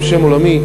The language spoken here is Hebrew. עם שם עולמי,